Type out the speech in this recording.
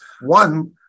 One